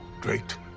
great